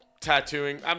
tattooing